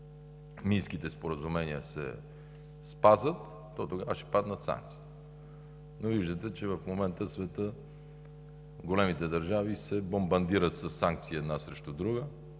Минските споразумения се спазят, то тогава ще паднат санкциите. Но виждате, че в момента светът, големите държави се бомбардират със санкции една срещу друга: